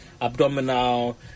abdominal